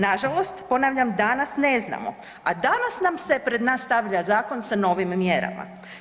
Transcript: Na žalost ponavljam, danas ne znamo, a danas nam se pred nas stavlja zakon sa novim mjerama.